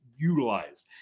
Utilize